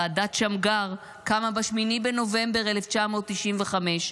ועדת שמגר קמה ב-8 בנובמבר 1995,